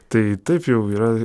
tai taip jau yra